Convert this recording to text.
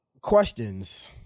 questions